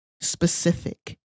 specific